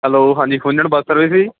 hello ਹਾਂਜੀ ਫੋਲਨ bus service ਜੀ